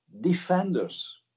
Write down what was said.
defenders